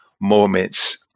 moments